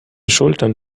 schultern